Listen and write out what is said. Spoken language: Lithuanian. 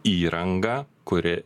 įrangą kuri